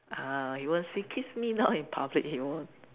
ah he won't say kiss me now in public he won't